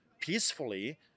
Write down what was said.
peacefully